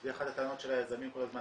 זו אחת הטענות של היזמים כל הזמן.